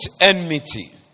enmity